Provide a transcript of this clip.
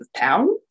town